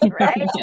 Right